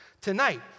Tonight